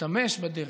וישתמש בדרך,